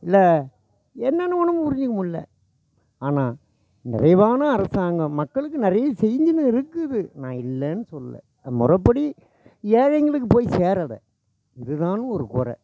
இல்லை என்னென்னு ஒன்றும் புரிஞ்சிக்க முடியல ஆனால் நிறைவான அரசாங்கம் மக்களுக்கு நிறைய செஞ்சின்னு இருக்குது நான் இல்லைன்னு சொல்லுலை முறைப்படி ஏழைங்களுக்கு போய் சேரலை இதுதான்னு ஒரு கொறை